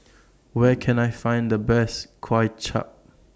Where Can I Find The Best Kuay Chap